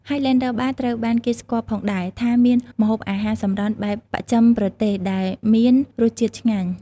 ហាយឡែនឌឺ បារ (Highlander Bar) ត្រូវបានគេស្គាល់ផងដែរ ថាមានម្ហូបអាហារសម្រន់បែបបស្ចិមប្រទេសដែលមានរសជាតិឆ្ងាញ់។